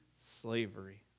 slavery